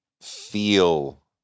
feel